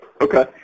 Okay